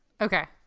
Okay